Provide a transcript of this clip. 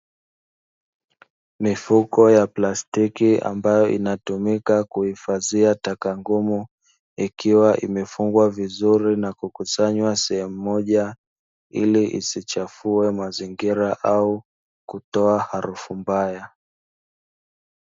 Mifuko ya plastiki ambayo inatumika kuhifadhia taka ngumu, ikiwa imefungwa vizuri na kukusanywa sehemu moja, ili isichafue mazingira au kutoa harufu mbaya.